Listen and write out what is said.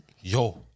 yo